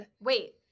wait